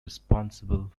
responsible